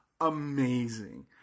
amazing